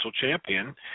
Champion